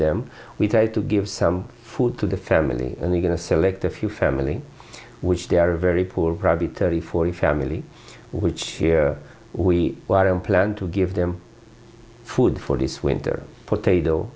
them we try to give some food to the family and they're going to select a few family which they are very poor probably thirty forty family which we don't plan to give them food for this winter